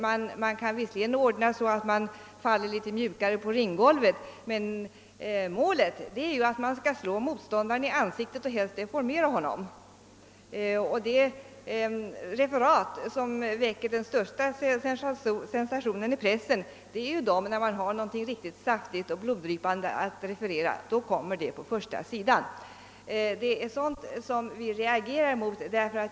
Man kan visserligen ordna det så, att en boxare faller lite mjukare på ringgolvet, men målet är att slå motståndaren i ansiktet och helst deformera honom. De referat som väcker den största sensationen är de som kan berätta något riktigt saftigt och bloddrypande. Sådana referat kommer på första sidan. Det är sådant som vi reagerar mot.